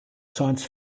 science